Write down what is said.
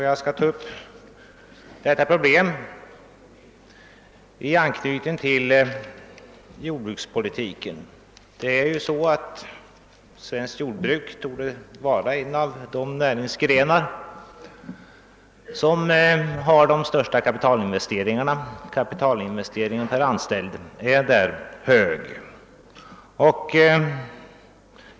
Jag skall belysa dessa problem i anknytning till jordbrukspolitiken. Jordbruket torde vara en av de näringsgrenar som har de största kapitalinvesteringarna.